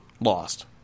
lost